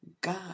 God